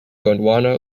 gondwana